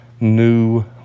new